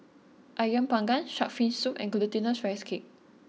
Ayam Panggang Shark's Fin Soup and Glutinous Rice Cake